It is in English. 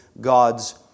God's